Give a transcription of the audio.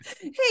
Hey